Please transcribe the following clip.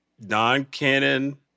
non-canon